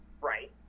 Right